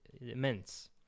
immense